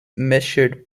measured